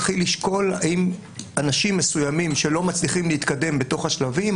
מתחיל לשקול האם אנשים מסוימים שלא מצליחים להתקדם בשלבים,